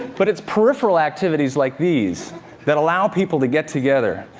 but it's peripheral activities like these that allow people to get together,